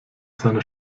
seiner